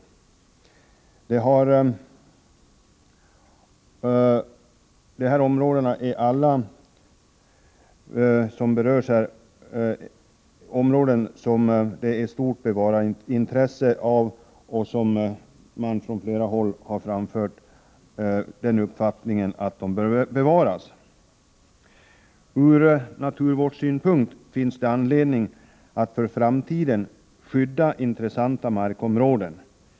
De områden som berörs här är alla av stort bevarandeintresse, och man har från flera håll framfört uppfattningen att de bör bevaras. Ur naturvårdssynpunkt finns det anledning att för framtiden skydda intressanta markområden.